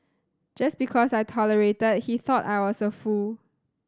just because I tolerated he thought I was a fool